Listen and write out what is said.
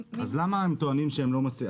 אז למה הם טוענים שהם לא משיגים?